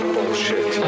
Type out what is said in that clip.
Bullshit